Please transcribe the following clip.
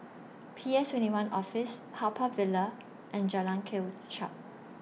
P S twenty one Office Haw Par Villa and Jalan Kelichap